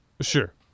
Sure